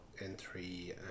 N3